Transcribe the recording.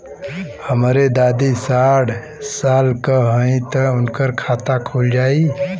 हमरे दादी साढ़ साल क हइ त उनकर खाता खुल जाई?